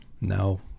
No